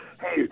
hey